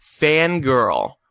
Fangirl